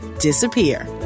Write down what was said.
disappear